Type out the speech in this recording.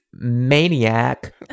maniac